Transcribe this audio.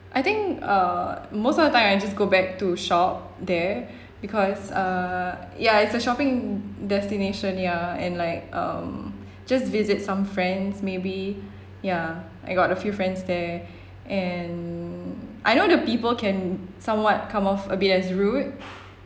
I think uh most of the time I just go back to shop there because uh ya it's a shopping destination ya and like um just visit some friends maybe ya I got a few friends there and I know the people can somewhat come off a bit as rude